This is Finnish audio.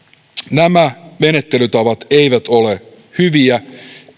nämä menettelytavat eivät ole hyviä